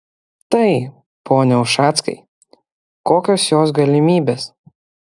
tai pone ušackai kokios jos galimybės